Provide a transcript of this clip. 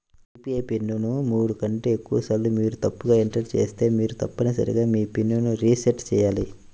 UPI pin ను మూడు కంటే ఎక్కువసార్లు మీరు తప్పుగా ఎంటర్ చేస్తే మీరు తప్పనిసరిగా మీ పిన్ ను రీసెట్ చేయాలి